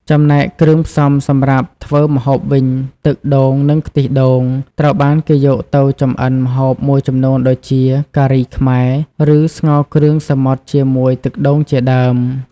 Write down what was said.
ចំណែកគ្រឿងផ្សំសម្រាប់ធ្វើម្ហូបវិញ ទឹកដូង និងខ្ទិះដូងត្រូវបានគេយកទៅចម្អិនម្ហូបមួយចំនួនដូចជា ការីខ្មែរ ឬ ស្ងោរគ្រឿងសមុទ្រជាមួយទឹកដូង ជាដើម។